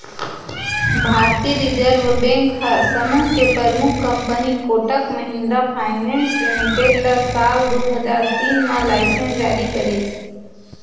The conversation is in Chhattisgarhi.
भारतीय रिर्जव बेंक ह समूह के परमुख कंपनी कोटक महिन्द्रा फायनेंस लिमेटेड ल साल दू हजार तीन म लाइनेंस जारी करिस